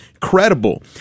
credible